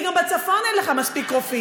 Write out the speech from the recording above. כי גם בצפון אין לך מספיק רופאים.